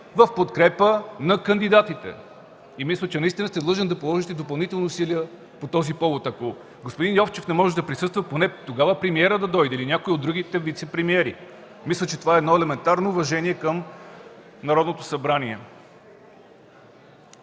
в подкрепа на кандидатите. Мисля, че сте длъжен да положите допълнителни усилия по този повод. Ако господин Йовчев не може да присъства, тогава премиерът да дойде или някой от другите вицепремиери. Мисля, че това е едно елементарно уважение към Народното събрание.